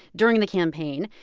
during the campaign.